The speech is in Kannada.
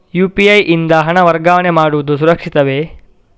ಯು.ಪಿ.ಐ ಯಿಂದ ಹಣ ವರ್ಗಾವಣೆ ಮಾಡುವುದು ಸುರಕ್ಷಿತವೇ?